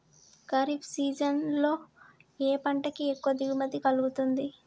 Kharif season లో ఏ పంట కి ఎక్కువ దిగుమతి కలుగుతుంది?